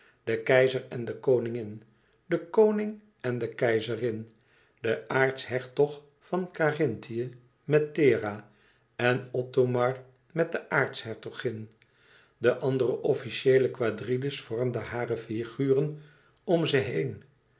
de keizer en de koningin de koning en de keizerin de aartshertog van karinthië met thera en othomar met de aartshertogin de andere officieele quadrille's vormden hare figuren om ze heen